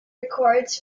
records